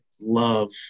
love